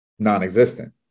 non-existent